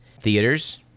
theaters